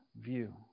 view